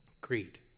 greed